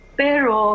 pero